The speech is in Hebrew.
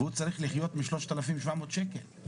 והוא צריך לחיות מ-3,700 שקלים.